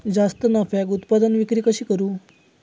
जास्त नफ्याक उत्पादन विक्री कशी करू?